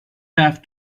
have